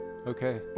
okay